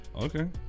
okay